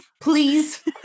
please